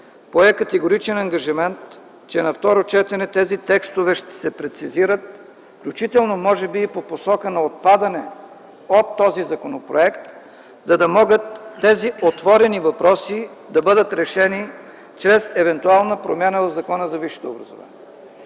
пое категоричен ангажимент, че на второ четене тези текстове ще се прецизират, включително може би по посока на отпадане от този законопроект, за да могат тези отворени въпроси да бъдат решени чрез евентуална промяна в Закона за висшето образование.